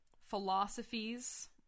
philosophies